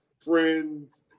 friends